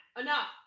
enough